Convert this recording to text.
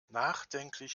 nachdenklich